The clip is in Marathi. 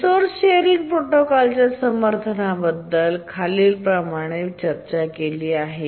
रिसोर्स शेअर प्रोटोकॉलच्या समर्थनाबद्दल खालीलप्रमाणे चर्चा केली आहे